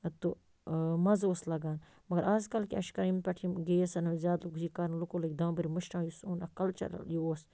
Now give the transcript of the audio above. تہٕ مَزٕ اوس لگان مگر اَز کل کیٛاہ چھِ کَران ییٚمہِ پٮ۪ٹھ یِم گیس اَنَن زیادٕ یہِ کَرُن لُکو لٔگۍ دامبٕرۍ مٔشراوٕنۍ یہِ سون اَکھ کلچر یہِ اوس